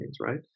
right